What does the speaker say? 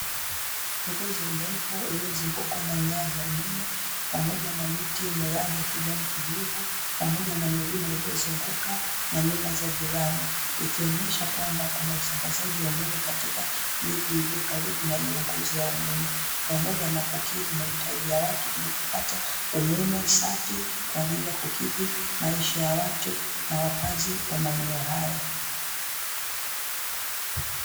Nguzo ndefu iliyozungukwa na nyaya za umeme pamoja na miti yenye rangi ya kijani kijivu pamoja na milima iliyozunguka na nyumba za jirani, ikionyesha kwamba kuna usambazaji wa umeme katika miji iliyokaribu na hiyo nguzo ya umeme. Pamoja na kukidhi mahitaji ya watu ili kupata umeme safi kwa ajili ya kukidhi maisha ya watu na wakazi wa maeneo hayo.